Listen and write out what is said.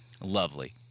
Lovely